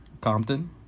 Compton